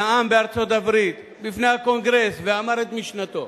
נאם בארצות-הברית בפני הקונגרס ואמר את משנתו